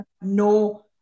no